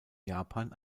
japan